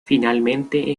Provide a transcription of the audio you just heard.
finalmente